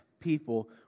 people